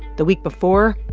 the week before,